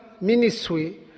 ministry